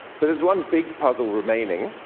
but there's one big puzzle remaining,